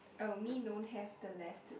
oh me don't have the left